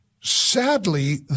Sadly